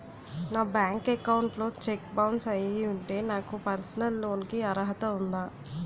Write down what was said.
నా bank account లో cheque bounce అయ్యి ఉంటే నాకు పర్సనల్ లోన్ కీ అర్హత ఉందా?